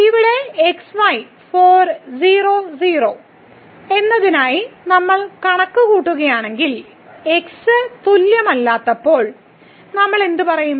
ഇവിടെ x y for 00 എന്നതിനായി നമ്മൾ കണക്കുകൂട്ടുകയാണെങ്കിൽ x തുല്യമല്ലാത്തപ്പോൾ നമ്മൾ പറയും